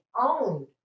owned